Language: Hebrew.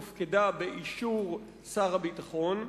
הופקדה באישור שר הביטחון.